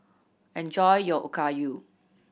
enjoy your Okayu